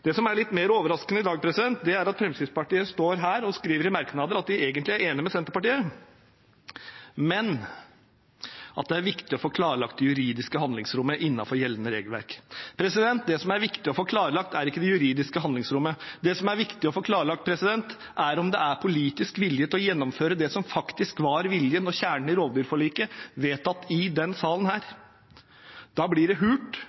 Det som er litt mer overraskende i dag, er at Fremskrittspartiet skriver i merknader at de egentlig er enig med Senterpartiet, men at det er viktig å få klarlagt det juridiske handlingsrommet innenfor gjeldende regelverk. Det som er viktig å få klarlagt, er ikke det juridiske handlingsrommet. Det som er viktig å få klarlagt, er om det er politisk vilje til å gjennomføre det som faktisk var viljen og kjernen i rovdyrforliket, vedtatt i denne salen. Da blir det